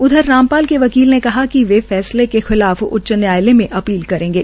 उधर रामपाल के वकील ने कहा है कि वे फैसले के खिलाफ उच्च न्यायालय मे अपील करेंगे